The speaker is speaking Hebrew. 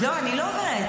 לא, אני לא עוברת.